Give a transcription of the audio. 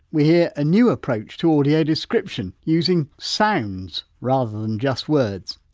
we hear a new approach to audio description using sounds rather than just words.